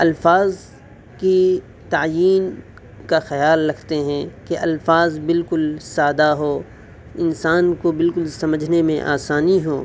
الفاظ کی تعیین کا خیال رکھتے ہیں کہ الفاظ بالکل سادہ ہو انسان کو بالکل سمجھنے میں آسانی ہو